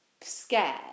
scared